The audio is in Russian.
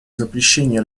запрещении